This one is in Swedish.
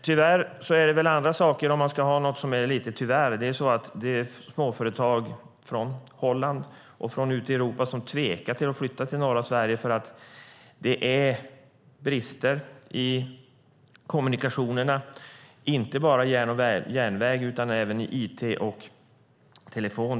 Tyvärr finns det andra saker - om man ska ha något som är lite tyvärr - och det är att småföretag från Holland och övriga Europa tvekar att flytta till norra Sverige på grund av att det är brister i kommunikationerna, inte bara på väg och järnväg utan även i it och telefon.